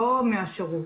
לא מגיע מהשירות.